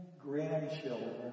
grandchildren